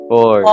Four